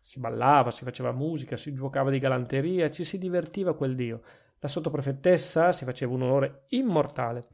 si ballava si faceva musica si giuocava di galanteria ci si divertiva a quel dio la sottoprefettessa si faceva un onore immortale